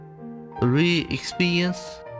Re-experience